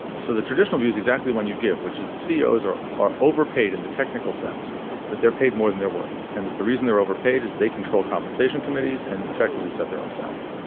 so the traditional view is exactly when you give which is the ceos are are overpaid in the technical sense that they're paid more than they're worth and that the reason they're overpaid is they control compensation committees and effectively set their own salary.